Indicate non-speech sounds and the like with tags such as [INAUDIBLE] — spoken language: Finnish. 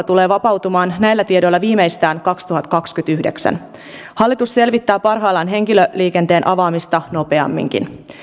[UNINTELLIGIBLE] tulee vapautumaan henkilöliikenteenkin osalta näillä tiedoilla viimeistään kaksituhattakaksikymmentäyhdeksän hallitus selvittää parhaillaan henkilöliikenteen avaamista nopeamminkin